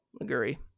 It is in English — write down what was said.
Agree